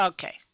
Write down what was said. Okay